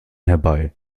herbei